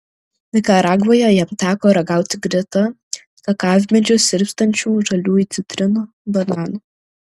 nikaragvoje jam teko ragauti greta kakavmedžių sirpstančių žaliųjų citrinų bananų